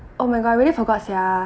oh my god I really forgot sia